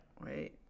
Wait